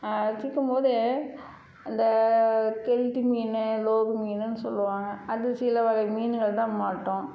அது சிக்கும்போது அந்த கெளுத்தி மீன் லோகு மீன்ன்னு சொல்லுவாங்க அது சில வகை மீன்கள்தான் மாட்டும்